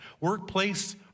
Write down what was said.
workplace